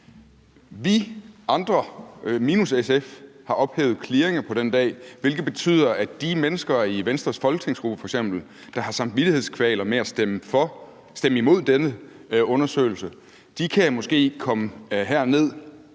Vi andre – minus SF – har ophævet clearinger på den dag, hvilket betyder, at de mennesker i f.eks. Venstres folketingsgruppe, der har samvittighedskvaler med at stemme imod denne undersøgelse, måske kan komme herned